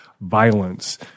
violence